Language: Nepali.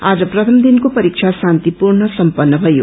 आज प्रथम दिनको परीक्षा शान्तिपूर्ण सम्पत्र भयो